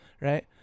right